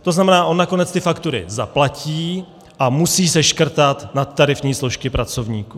To znamená, že on nakonec ty faktury zaplatí a musí seškrtat nadtarifní složky pracovníků.